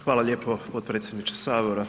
Hvala lijepo potpredsjedniče Sabora.